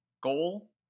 goal